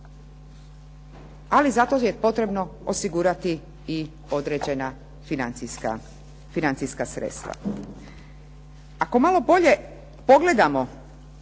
ali zato je potrebno osigurati i određena financijska sredstva. Ako malo bolje pogledamo